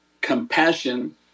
compassion